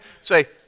say